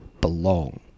belong